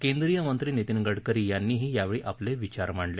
केंद्रीय मंत्री नितीन गडकरी यांनीही यावेळी आपले विचार मांडले